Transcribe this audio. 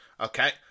Okay